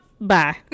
Bye